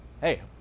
Hey